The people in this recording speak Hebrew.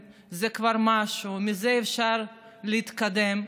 משהו, ומזה אפשר להתקדם.